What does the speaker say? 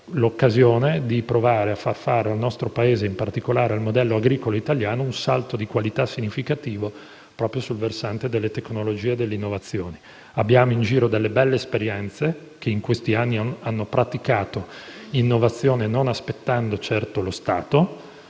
l'occasione di provare a far fare al nostro Paese, in particolare al modello agricolo italiano, un salto di qualità significativo proprio sul versante delle tecnologie e dell'innovazione. Abbiamo in giro delle belle esperienze che in questi anni hanno praticato innovazione, senza aspettare lo Stato;